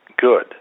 good